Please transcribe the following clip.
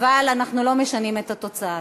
אבל אנחנו לא משנים את התוצאה.